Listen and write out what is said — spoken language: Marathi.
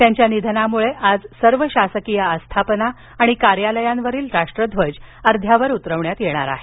त्यांच्या निधनामुळे आज सर्व शासकीय आस्थापना आणि कार्यालयांवरील राष्ट्रध्वज अध्यावर उतरविण्यात येणार आहेत